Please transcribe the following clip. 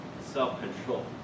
self-control